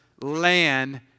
land